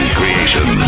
creation